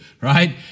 right